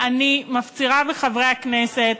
אני מפצירה בחברי הכנסת